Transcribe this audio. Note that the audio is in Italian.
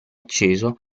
acceso